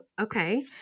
okay